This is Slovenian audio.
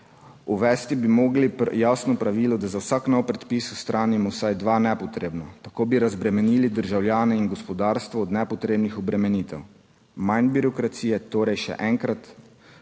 Uvesti bi morali jasno pravilo, da za vsak nov predpis odstranimo vsaj dva nepotrebna. Tako bi razbremenili državljane in gospodarstvo od nepotrebnih obremenitev. Manj birokracije torej še enkrat,